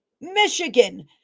Michigan